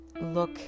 look